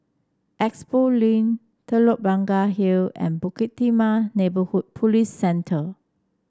Expo Link Telok Blangah Hill and Bukit Timah Neighbourhood Police Centre